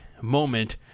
moment